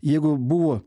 jeigu buvo